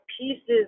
pieces